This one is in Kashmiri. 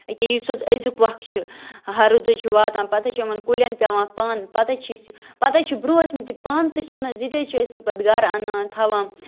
ییٚکیٛاہ یُس حظ أزیُک وق چھِ ہَرُد حظ چھِ واتان پَتہٕ حظ یِمَن کُلٮ۪ن پٮ۪وان پَن پَتہٕ حظ چھِ أسۍ یہِ پَتہٕ حظ چھِ برٛونٛہہ ٲسۍمٕتۍ یہِ پَن تہِ چھِنہٕ حظ یہِ تہِ حظ چھِ ٲسۍمٕتۍ پَتہٕ گَرٕ اَنان تھاوان